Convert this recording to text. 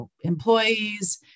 employees